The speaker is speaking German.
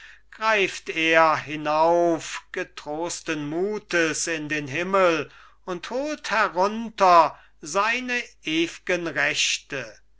greift er hinauf getrosten mutes in den himmel und holt herunter seine ew'gen rechte